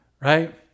Right